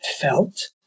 felt